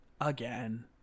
Again